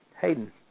Hayden